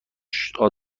شما